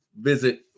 visit